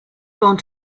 going